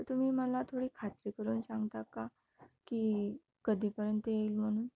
तर तुम्ही मला थोडी खात्री करून सांगता का की कधीपर्यंत येईल म्हणून